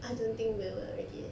I don't think will already eh